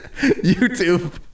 YouTube